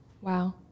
Wow